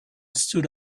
stood